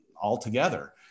altogether